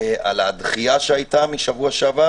על הדחייה שהיתה משבוע שעבר